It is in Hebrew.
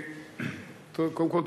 קודם כול,